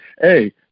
hey